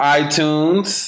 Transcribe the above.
iTunes